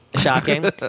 Shocking